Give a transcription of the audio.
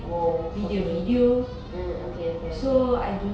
!wow! okay mm okay okay okay okay